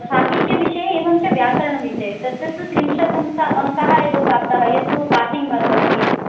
साहित्यविषये एवञ्च व्याकरणविषये तत्र तु त्रिंशत् अङ्क अङ्काः एव प्राप्ताः यत्तु पासिङ्ग् मार्क्स् अस्ति इति